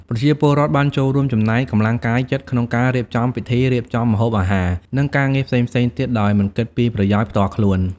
ប្រជាពលរដ្ឋបានចូលរួមចំណែកកម្លាំងកាយចិត្តក្នុងការរៀបចំពិធី រៀបចំម្ហូបអាហារ និងការងារផ្សេងៗទៀតដោយមិនគិតពីប្រយោជន៍ផ្ទាល់ខ្លួន។